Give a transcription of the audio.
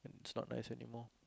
it's not nice anymore